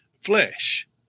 flesh